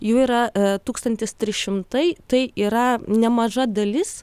jų yra tūkstantis tris šimtai tai yra nemaža dalis